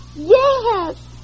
Yes